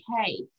okay